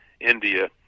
india